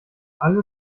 alle